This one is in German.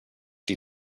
die